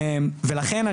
לכן,